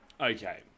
Okay